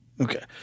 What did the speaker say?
Okay